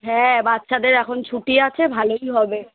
হ্যাঁ বাচ্চাদের এখন ছুটি আছে ভালোই হবে